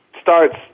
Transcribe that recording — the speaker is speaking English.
starts